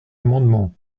amendement